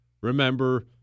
Remember